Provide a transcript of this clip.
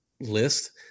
list